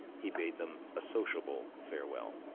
he bade them a sociable farewell.